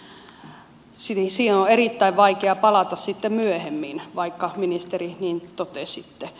siihen on erittäin vaikea palata sitten myöhemmin vaikka ministeri niin totesitte